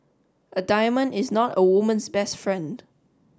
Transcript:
a diamond is not a woman's best friend